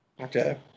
Okay